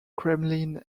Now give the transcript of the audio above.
kremlin